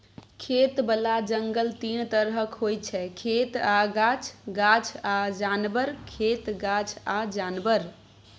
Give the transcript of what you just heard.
खेतबला जंगल तीन तरहक होइ छै खेत आ गाछ, गाछ आ जानबर, खेत गाछ आ जानबर